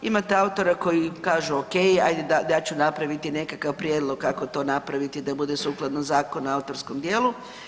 Imate autora koji kažu o.k. Hajde ja ću napraviti nekakav prijedlog kako to napraviti da bude sukladno Zakonu o autorskom djelu.